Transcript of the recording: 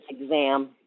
exam